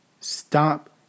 Stop